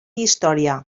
història